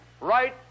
right